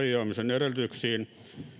edellytyksiin